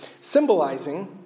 symbolizing